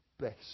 best